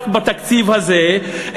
רק בתקציב הזה,